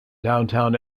downtown